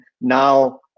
now